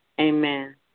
Amen